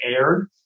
aired